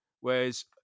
Whereas